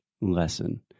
lesson